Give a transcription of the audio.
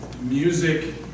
music